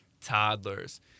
toddlers